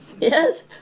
Yes